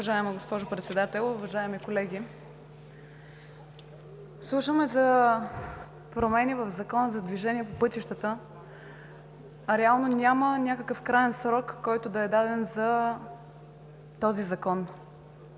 Уважаема госпожо Председател, уважаеми колеги! Слушаме за промени в Закона за движение по пътищата, а реално няма някакъв краен срок, който да е даден за този Закон.